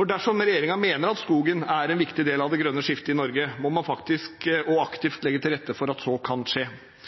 Dersom regjeringen mener at skogen er en viktig del av det grønne skiftet i Norge, må man faktisk – og